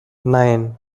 nine